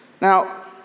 Now